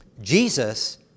jesus